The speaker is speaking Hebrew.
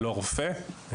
לא רופא,